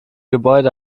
gebäude